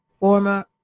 Former